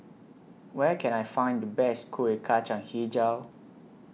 Where Can I Find The Best Kuih Kacang Hijau